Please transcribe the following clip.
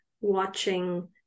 watching